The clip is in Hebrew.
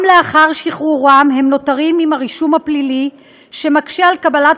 גם לאחר שחרורם הם נותרים עם הרישום הפלילי שמקשה בקבלת